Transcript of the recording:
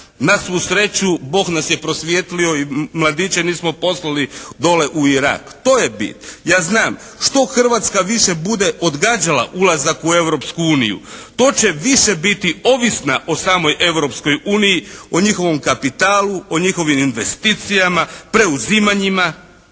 Na svu sreću, Bog nas je prosvijetlio i mladiće nismo poslali dole u Irak. To je bit. Ja znam, što Hrvatska više bude odgađala ulazak u Europsku uniju, to će više biti ovisna o samoj Europskoj uniji, o njihovom kapitalu, o njihovim investicijama, preuzimanjima.